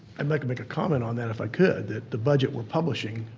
i'd like to make a comment on that, if i could, that the budget we're publishing